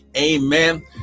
Amen